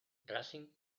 racing